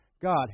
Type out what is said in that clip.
God